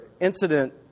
incident